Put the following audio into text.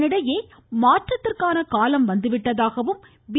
இதனிடையே மாற்றத்திற்கான காலம் வந்துவிட்டதாகவும் பி